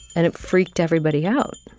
and it freaked everybody out.